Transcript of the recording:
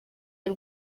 y’u